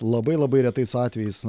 labai labai retais atvejais